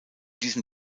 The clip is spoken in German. diesem